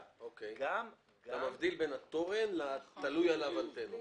אתה מבדיל בין התורן לבין זה שתלויות עליו אנטנות.